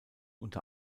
unter